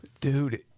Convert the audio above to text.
Dude